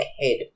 ahead